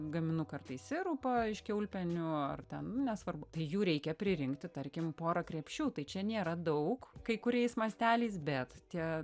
gaminu kartais sirupą iš kiaulpienių ar ten nu nesvarbu tai jų reikia pririnkt tarkim porą krepšių tai čia nėra daug kai kuriais masteliais bet tie